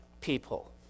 people